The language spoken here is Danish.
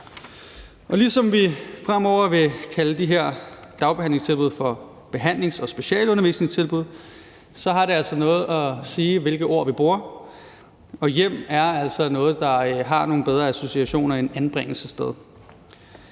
ligesom vi fremover også vil kalde de her dagbehandlingstilbud for behandlings- og specialundervisningstilbud. Det har altså noget at sige, hvilke ord vi bruger, og »hjem« er altså noget, der har nogle bedre associationer end »anbringelsessted«.